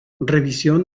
revisión